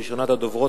ראשונת הדוברים,